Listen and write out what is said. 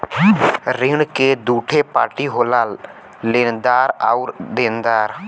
ऋण क दूठे पार्टी होला लेनदार आउर देनदार